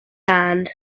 sand